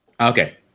okay